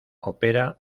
opera